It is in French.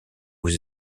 aux